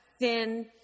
thin